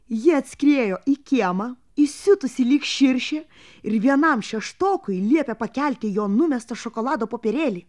ji atskriejo į kiemą įsiutusi lyg širšė ir vienam šeštokui liepė pakelti jo numestą šokolado popierėlį